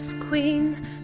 queen